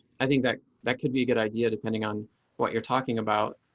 i think that that could be a good idea, depending on what you're talking about.